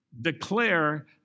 declare